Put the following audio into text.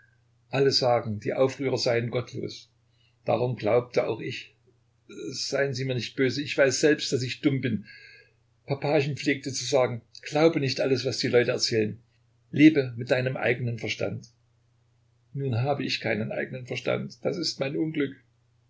alle sagen die aufrührer seien gottlos darum glaubte auch ich seien sie mir nicht böse ich weiß selbst daß ich dumm bin papachen pflegte zu sagen glaube nicht alles was die leute erzählen lebe mit deinem eigenen verstand nun habe ich keinen eigenen verstand das ist mein unglück